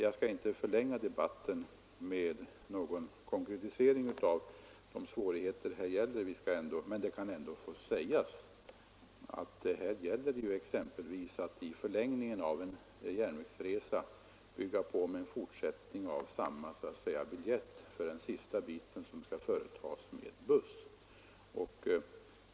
Jag skall inte förlänga debatten med någon konkretisering av de svårigheter som här föreligger, men det bör ändå få sägas att det gäller att företa den sista biten av resan med buss på samma biljett som lösts för järnvägsresan.